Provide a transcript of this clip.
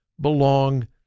belong